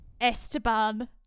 Esteban